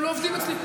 הם לא עובדים אצלי.